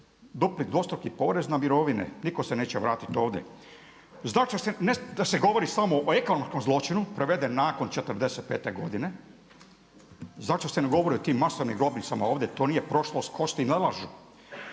dupli dvostruki porez na mirovine, nitko se neće vratiti ovdje. Zašto se, ne da sa govori samo o ekonomskom zločinu preveden nakon 45. godine, zašto se ne govori o tim masovnim grobnicama ovdje? To nije prošlost, kosti ne lažu.